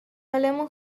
حالمون